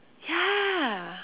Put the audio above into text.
ya